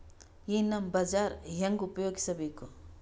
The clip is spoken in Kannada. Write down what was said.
ಈ ನಮ್ ಬಜಾರ ಹೆಂಗ ಉಪಯೋಗಿಸಬೇಕು?